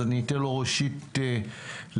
אז אתן לו ראשית לדבר.